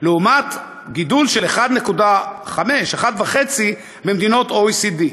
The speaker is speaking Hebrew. לעומת גידול של 1.5% במדינות ה-OECD.